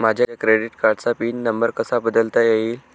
माझ्या क्रेडिट कार्डचा PIN number कसा बदलता येईल?